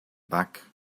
back